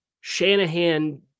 Shanahan